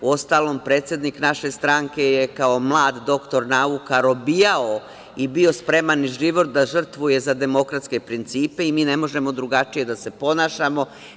Uostalom, predsednik naše stranke je kao mlad doktor nauka robijao i bio spreman i život da žrtvuje za demokratske principe i mi ne možemo drugačije da se ponašamo.